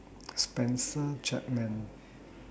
Spencer Chapman